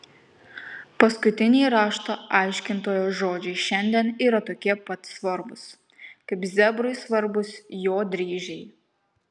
paskutiniai rašto aiškintojo žodžiai šiandien yra tokie pat svarbūs kaip zebrui svarbūs jo dryžiai